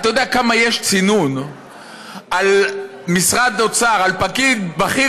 אתה יודע כמה צינון יש על פקיד בכיר